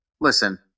listen